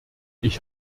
ich